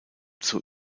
zur